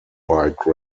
bike